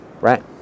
Right